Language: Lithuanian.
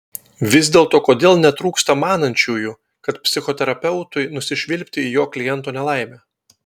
vis dėlto kodėl netrūksta manančiųjų kad psichoterapeutui nusišvilpti į jo kliento nelaimę